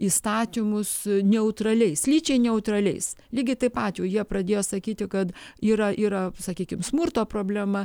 įstatymus neutraliais lyčiai neutraliais lygiai taip pat jau jie pradėjo sakyti kad yra yra sakykim smurto problema